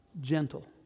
gentle